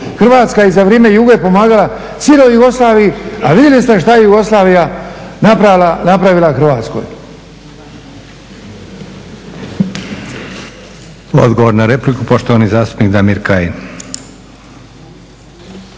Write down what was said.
Hrvatska je i za vrijeme Juge pomagala cijeloj Jugoslaviji, a vidjeli ste što je Jugoslavija napravila Hrvatskoj. **Leko, Josip (SDP)** Odgovor na repliku poštovani zastupnik Damir Kajin.